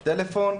בטלפון,